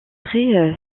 très